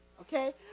Okay